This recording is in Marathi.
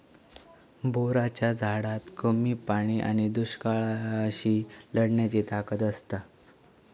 बोराच्या झाडात कमी पाणी आणि दुष्काळाशी लढण्याची ताकद असता